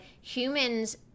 humans